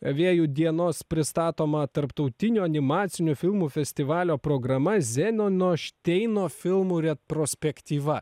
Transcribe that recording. vėjų dienos pristatoma tarptautinio animacinių filmų festivalio programa zenono šteino filmų retrospektyva